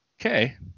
Okay